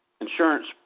insurance